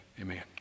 Amen